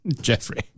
Jeffrey